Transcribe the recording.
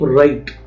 right